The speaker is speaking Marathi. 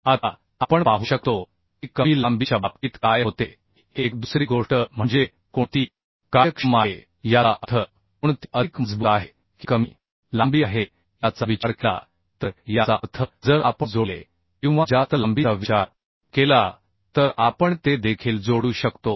आता आपण पाहू शकतो की कमी लांबीच्या बाबतीत काय होते ही एक दुसरी गोष्ट म्हणजे कोणती कार्यक्षम आहे याचा अर्थ कोणती अधिक मजबूत आहे की कमी लांबी आहे याचा विचार केला तर याचा अर्थ जर आपण जोडले किंवा जास्त लांबीचा विचार केला तर आपण ते देखील जोडू शकतो